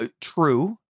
True